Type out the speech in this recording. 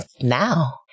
now